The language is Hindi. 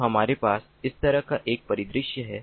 तो हमारे पास इस तरह का एक परिदृश्य है